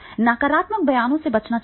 नकारात्मक बयानों से बचना चाहिए